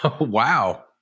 Wow